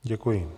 Děkuji.